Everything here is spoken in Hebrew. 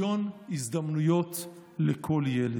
לשוויון הזדמנויות לכל ילד.